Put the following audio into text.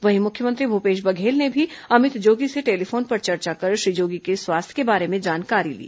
वहीं मुख्यमंत्री भूपेश बघेल ने भी अमित जोगी से टेलीफोन पर चर्चा कर श्री जोगी के स्वास्थ्य के बारे में जानकारी ली